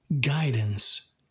guidance